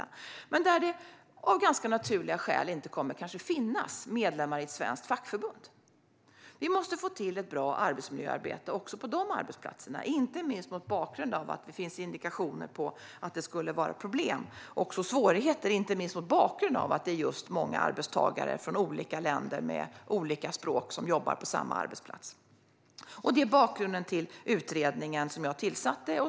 Men också på de arbetsplatser där det av ganska naturliga skäl inte kommer att finnas medlemmar i ett svenskt fackförbund måste vi få till ett bra arbetsmiljöarbete, inte minst mot bakgrund av att det finns indikationer på att det skulle vara problem och svårigheter då det är många arbetstagare från olika länder och med olika språk som jobbar på samma arbetsplats. Detta är bakgrunden till den utredning som jag tillsatte.